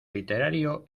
literario